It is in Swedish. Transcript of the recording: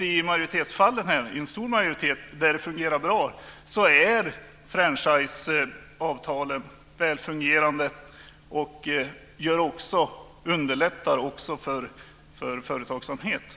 Det har konstaterats att för en stor majoritet fungerar franchiseavtalen väl och underlättar företagsamheten.